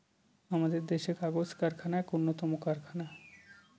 আমাদের দেশের কাগজ কারখানা এক উন্নতম কারখানা